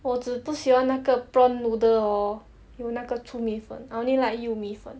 我只不喜欢那个 prawn noodle orh 用那个粗米粉 I only like 幼米粉